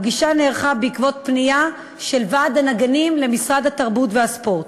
הפגישה נערכה בעקבות פנייה של ועד הנגנים למשרד התרבות והספורט.